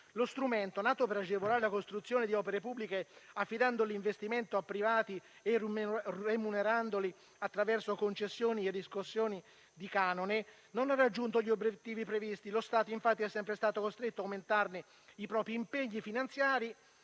Lo strumento, nato per agevolare la costruzione di opere pubbliche affidando l'investimento a privati e remunerandoli attraverso concessioni e riscossioni di canone, non ha raggiunto gli obiettivi previsti. Lo Stato, infatti, è sempre stato costretto ad aumentare i propri impegni finanziari,